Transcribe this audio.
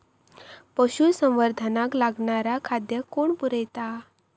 पशुसंवर्धनाक लागणारा खादय कोण पुरयता?